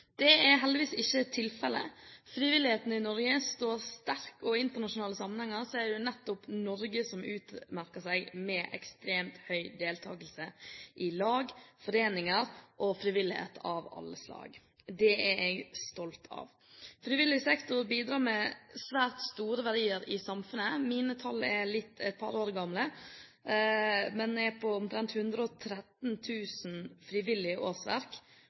Det er heldigvis ikke tilfelle. Frivilligheten i Norge står sterkt, og i internasjonal sammenheng utmerker nettopp Norge seg med ekstremt høy deltakelse i lag, foreninger og frivillighet av alle slag. Det er jeg stolt av. Frivillig sektor bidrar med svært store verdier i samfunnet. Mine tall er et par år gamle, men er på omtrent 113 000 frivillige årsverk